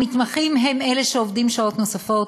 המתמחים הם אלה שעובדים שעות נוספות,